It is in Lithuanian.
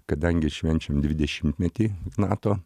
kadangi švenčiam dvidešimtmetį nato